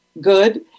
good